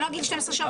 אני לא אגיד 12 שעות.